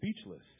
speechless